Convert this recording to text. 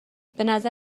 بنظر